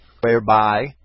Whereby